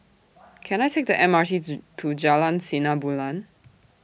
Can I Take The M R T to Jalan Sinar Bulan